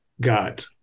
god